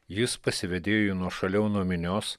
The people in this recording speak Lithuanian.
jis pasivedėjo jį nuošaliau nuo minios